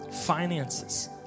finances